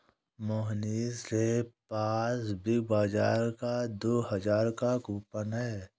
मोहनीश के पास बिग बाजार का दो हजार का कूपन है